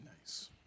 Nice